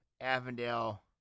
Avondale